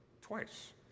twice